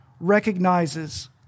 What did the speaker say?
recognizes